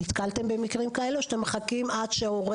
נתקלת במקרים כאלה או שאתם מחכים עד שההורה